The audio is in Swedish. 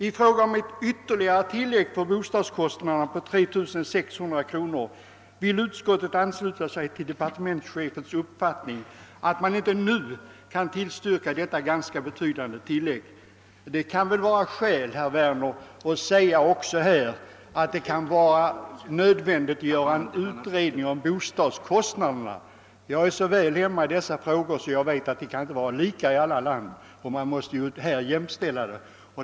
I fråga om det ytterligare tillägget för bostadskostnader på 3600 kronor ansluter sig utskottet till departementschefens uppfattning att man inte nu kan tillstyrka detta ganska betydande tillägg. Det kan väl också vara skäl att säga, herr Werner, att det kan vara nödvändigt att göra en utredning om bostadskostnaderna. Jag är så väl insatt i dessa frågor att jag vet att de kostnaderna inte kan vara lika i alla länder.